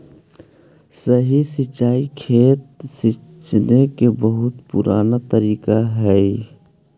सतही सिंचाई खेत सींचे के बहुत पुराना तरीका हइ